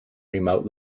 remote